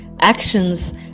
actions